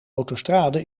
autostrade